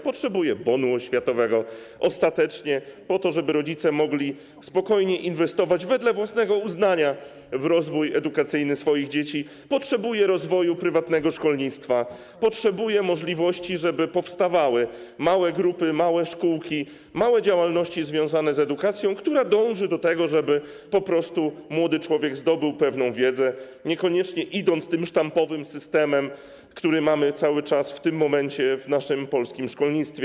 Potrzebuje ostatecznie bonu oświatowego, po to, żeby rodzice mogli spokojnie inwestować wedle własnego uznania w rozwój edukacyjny swoich dzieci; potrzebuje rozwoju prywatnego szkolnictwa, potrzebuje możliwości, żeby powstawały małe grupy, małe szkółki, małe działalności związane z edukacją, która dąży do tego, żeby po prostu młody człowiek zdobył pewną wiedzę, niekoniecznie idąc tym sztampowym systemem, który mamy cały czas w tym momencie w naszym polskim szkolnictwie.